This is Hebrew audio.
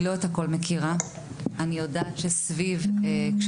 אני לא מכירה את הכול.